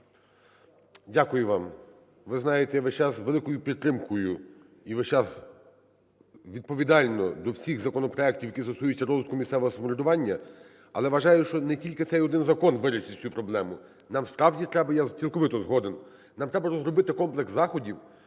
Дякую вам. Ви знаєте, я весь час з великою підтримкою і весь час відповідально до всіх законопроектів, які стосуються розвитку місцевого самоврядування, але вважаю, що не тільки цей один закон вирішить цю проблему. Нам справді треба, я цілковито згоден, нам треба розробити комплекс заходів,